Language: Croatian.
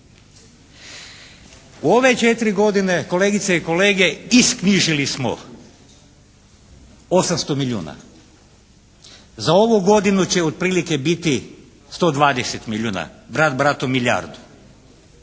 U ove četiri godine kolegice i kolege isknjižili smo 800 milijuna. Za ovu godinu će otprilike 120 milijuna, brat bratu milijardu.